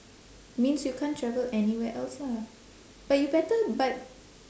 means you can't travel anywhere else lah but you better but